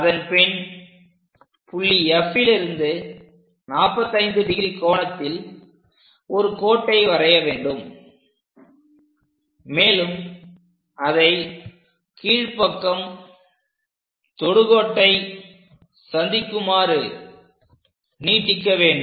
அதன்பின் புள்ளி Fலிருந்து 45° கோணத்தில் ஒரு கோட்டை வரையவேண்டும் மேலும் அதை கீழ்ப்பக்கம் தொடுகோட்டை சந்திக்குமாறு நீட்டிக்க வேண்டும்